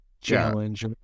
challenge